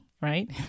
right